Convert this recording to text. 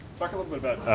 talk a little bit about,